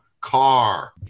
car